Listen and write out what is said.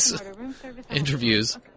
interviews